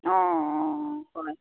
অঁ হয়